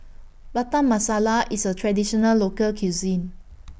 Butter Masala IS A Traditional Local Cuisine